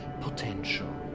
potential